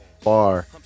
far